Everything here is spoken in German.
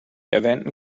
erwähnten